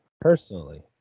personally